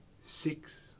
Six